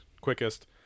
quickest